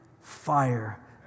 fire